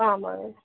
ஆ ஆமாங்க